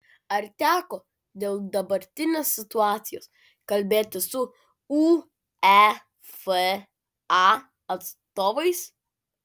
ar teko dėl dabartinės situacijos kalbėtis su uefa atstovais